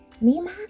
Mima